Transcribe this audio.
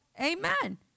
Amen